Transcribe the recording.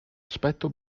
aspetto